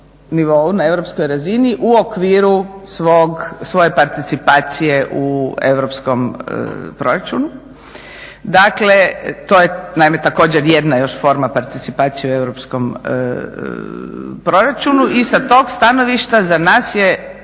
na europskoj razini u okviru svoje participacije u europskom proračunu. Dakle, to je naime također jedna još forma participacije u europskom proračunu. I sa tog stanovišta za nas je